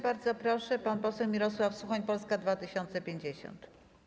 Bardzo proszę, pan poseł Mirosław Suchoń, Polska 2050.